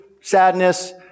sadness